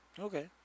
Okay